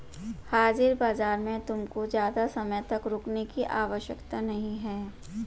हाजिर बाजार में तुमको ज़्यादा समय तक रुकने की आवश्यकता नहीं है